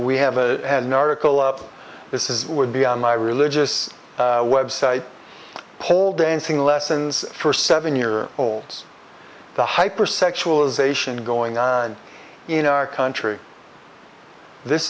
we haven't had an article of this is would be on my religious website pole dancing lessons for seven year olds the hypersexual ization going on in our country this